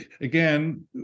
again